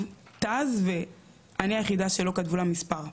ת.ז ואני היחידה שלא כתבו לה מספר.